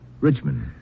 Richmond